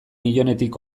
nionetik